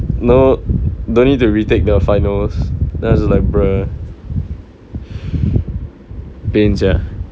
no don't need to re-take the finals then I was like bro pain sia